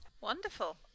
wonderful